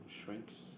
shrinks